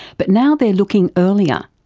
but now they're looking earlier,